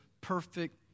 perfect